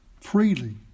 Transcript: freely